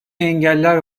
engeller